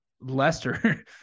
Lester